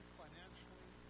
financially